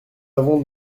n’avons